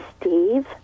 Steve